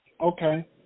Okay